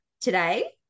today